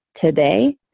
today